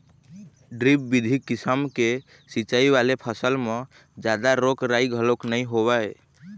drip बिधि किसम के सिंचई वाले फसल म जादा रोग राई घलोक नइ होवय